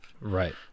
Right